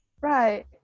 right